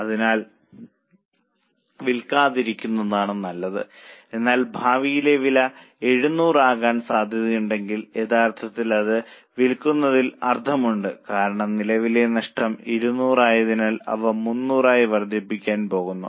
അതിനാൽ വിൽക്കാതിരിക്കുന്നതാണ് നല്ലത് എന്നാൽ ഭാവിയിലെ വില 700 ആകാൻ സാധ്യതയുണ്ടെങ്കിൽ യഥാർത്ഥത്തിൽ അത് വിൽക്കുന്നതിൽ അർത്ഥമുണ്ട് കാരണം നിലവിലെ നഷ്ടം 200 ആയതിനാൽ അവ 300 ആയി വർദ്ധിപ്പിക്കാൻ പോകുന്നു